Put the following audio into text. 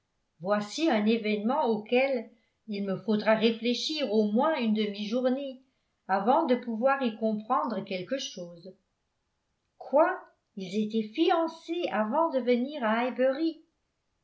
voici un événement auquel il me faudra réfléchir au moins une demi-journée avant de pouvoir y comprendre quelque chose quoi ils étaient fiancés avant de venir à